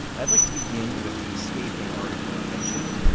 i'd like to begin with the scathing article i mentioned.